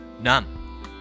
None